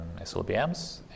SLBMs